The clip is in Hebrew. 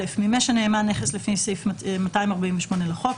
134.מימוש בידי נאמן מימש הנאמן נכס לפי סעיף 248 לחוק,